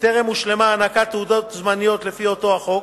וטרם הושלמה הענקת תעודות זמניות לפי אותו החוק,